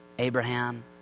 Abraham